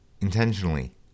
intentionally